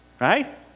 Right